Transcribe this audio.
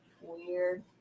Weird